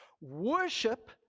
Worship